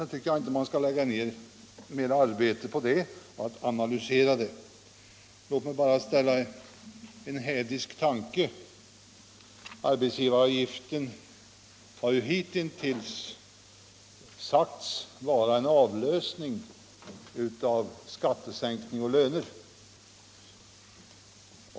Sedan tycker jag inte att man skall lägga ner mera arbete på att analysera det. Låt mig bara föra fram en hädisk tanke: Arbetsgivaravgiften har ju hitintills sagts vara en avlösning av skattesänkning och löner.